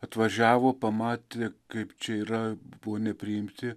atvažiavo pamatė kaip čia yra buvo nepriimti